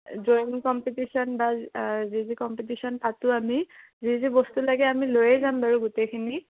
drawing competition বা যি যি কম্পিটিশ্যন পাতোঁ আমি যি যি বস্তু লাগে আমি লৈয়েই যাম বাৰু গোটেইখিনি